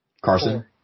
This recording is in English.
Carson